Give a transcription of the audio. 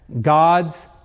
God's